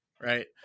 right